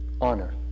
honor